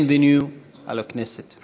(אומר דברים בשפה הצרפתית.)